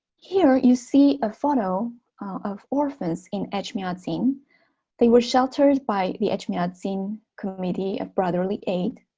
here, you see a photo of orphans in etchmiadzin they were sheltered by the etchmiadzin committee of brotherly aid